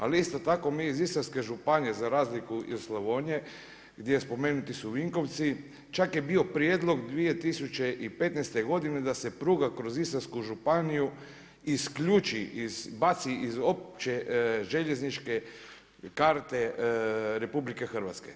Ali isto tako mi iz Istarske županije za razliku i Slavonije gdje je spomenuti su Vinkovci čak je bio prijedlog 2015. godine da se pruga kroz Istarsku županiju isključi iz, baci uopće željezničke karte RH.